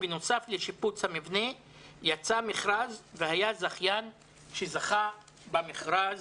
ובנוסף לשיפוץ המבנה יצא מכרז והיה זכיין שזכה במכרז,